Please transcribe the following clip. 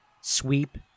sweep